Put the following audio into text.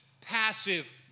passive